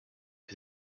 für